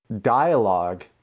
dialogue